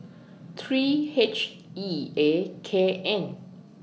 three H E A K N